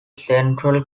central